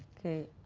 okay.